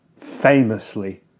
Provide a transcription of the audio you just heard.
famously